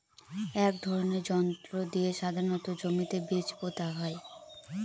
এক ধরনের যন্ত্র দিয়ে সাধারণত জমিতে বীজ পোতা হয়